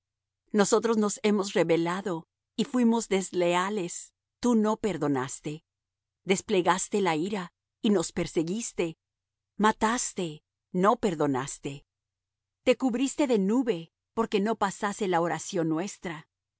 nosotros nos hemos rebelado y fuimos desleales tú no perdonaste desplegaste la ira y nos perseguiste mataste no perdonaste te cubriste de nube porque no pasase la oración nuestra